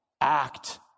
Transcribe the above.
act